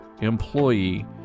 employee